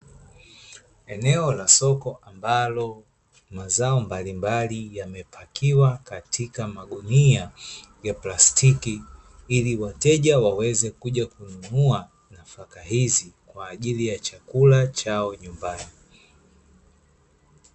Eneo la soko ambalo mazao mbalimbali yamepakiwa katika magunia ya plastiki, ili wateja waweze kuja kununua nafaka hizi kwa ajili ya chakula chao nyumbani.